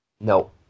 no